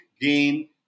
gain